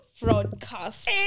Broadcast